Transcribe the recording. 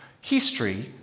History